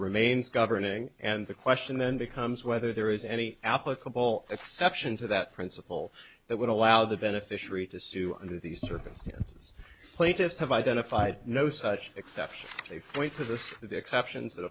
remains governing and the question then becomes whether there is any applicable exception to that principle that would allow the beneficiary to sue under these circumstances plaintiffs have identified no such exception they wait for the exceptions that